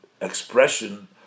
expression